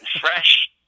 fresh